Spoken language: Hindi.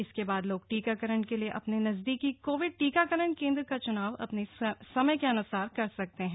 इसके बाद लोग टीकाकरण के लिए अपने नजदीकी कोविड टीकाकरण केंद्र का चुनाव अपने समय के अन्सार कर सकते हैं